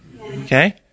Okay